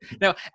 Now